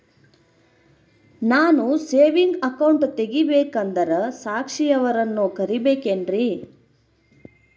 ನಾನು saving account ತೆಗಿಬೇಕಂದರ ಸಾಕ್ಷಿಯವರನ್ನು ಕರಿಬೇಕಿನ್ರಿ?